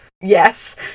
Yes